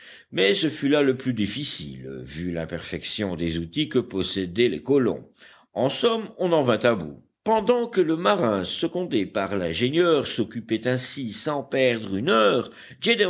mais ce fut là le plus difficile vu l'imperfection des outils que possédaient les colons en somme on en vint à bout pendant que le marin secondé par l'ingénieur s'occupait ainsi sans perdre une heure